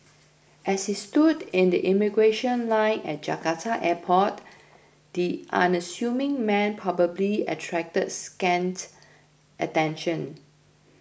as he stood in the immigration line at Jakarta airport the unassuming man probably attracted scant attention